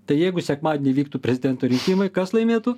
tai jeigu sekmadienį vyktų prezidento rinkimai kas laimėtų